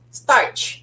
starch